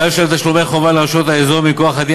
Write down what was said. חייב לשלם תשלומי חובה לרשויות האזור מכוח הדין